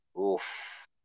Oof